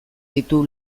ditu